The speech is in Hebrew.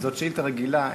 זאת שאילתה רגילה,